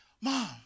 mom